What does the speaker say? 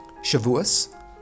Shavuos